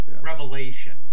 revelation